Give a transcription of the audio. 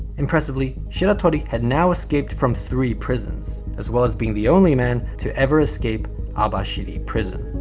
impressively, shiratori had now escaped from three prisons, as well as being the only man to ever escape abashiri prison.